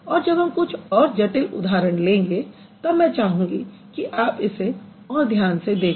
और जब हम कुछ और जटिल उदाहरण लेंगे तब मैं चाहूँगी कि आप इसे और ध्यान से देखें